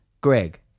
Greg